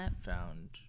found